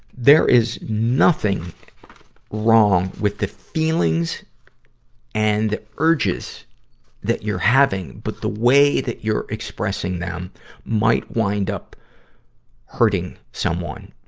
there is nothing wrong with the feelings and urges that you're having. but the way that you're expressing them might wind up hurting someone.